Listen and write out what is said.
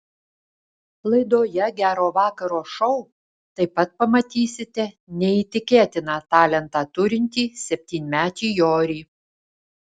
laidoje gero vakaro šou taip pat pamatysite neįtikėtiną talentą turintį septynmetį jorį